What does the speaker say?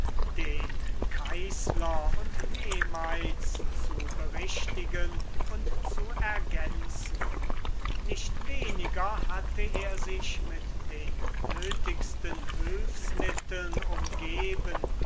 den keyßler und nemeiz zu berichtigen und zu ergänzen nicht weniger hatte er sich mit den nötigsten hülfsmitteln umgeben